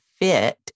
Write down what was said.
fit